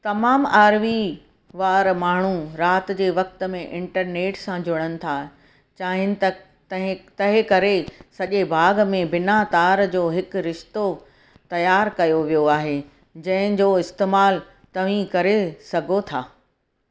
तमामु R V वारा माण्हू राति जे वक़्त में इंटरनेट सां जुड़नि था चाहिनि त ते तंहिं करे सॼे बाग़ में बिना तार जो हिकु रिश्तो तयार कयो वियो आहे जंहिं जो इस्तेमालु तव्हीं करे सघो था